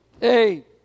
hey